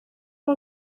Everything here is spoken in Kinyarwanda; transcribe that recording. aba